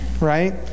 right